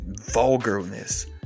vulgarness